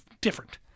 different